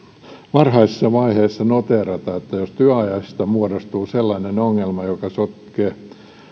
varhaisessa vaiheessa noteerata jos työajasta muodostuu sellainen ongelma joka sotkee